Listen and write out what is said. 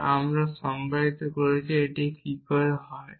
যা আমরা সংজ্ঞায়িত করেছি এটি কী করে হয়